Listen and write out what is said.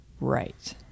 right